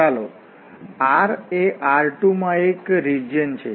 ચાલો R એ R2 માં એક રિજિયન છે